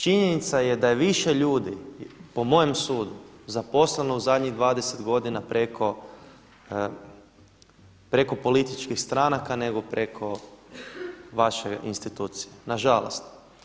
Činjenica je da je više ljudi po mojem sudu zaposleno u zadnjih 20 godina preko političkih stranaka nego preko vaše institucije, nažalost.